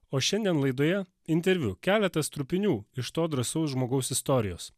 o šiandien laidoje interviu keletas trupinių iš to drąsaus žmogaus istorijos